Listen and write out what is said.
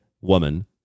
Woman